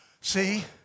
See